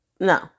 No